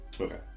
Okay